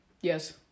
Yes